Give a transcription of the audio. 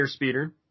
Airspeeder